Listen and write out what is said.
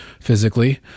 physically